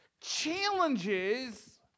challenges